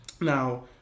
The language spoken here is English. Now